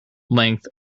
length